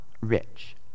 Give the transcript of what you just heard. rich